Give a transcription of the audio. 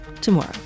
tomorrow